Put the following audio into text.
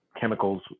chemicals